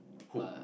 who